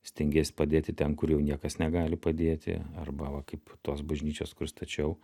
stengies padėti ten kur jau niekas negali padėti arba va kaip tos bažnyčios kur stačiau